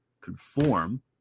conform